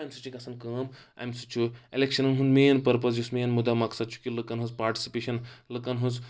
تہٕ امہِ سۭتۍ چھِ گژھان کٲم امہِ سۭتۍ چھُ ایٚلؠکشَنن یُس مین پٔرپز یُس مین مُدا مقصد چھُ لُکَن ہٕنز پارٹِسِپیشن لُکَن ہٕنز